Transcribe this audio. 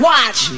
Watch